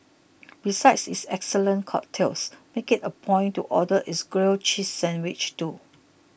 besides its excellent cocktails make it a point to order its grilled cheese sandwich too